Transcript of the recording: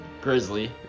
Grizzly